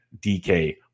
DK